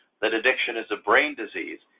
that addiction is a brain disease,